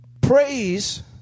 Praise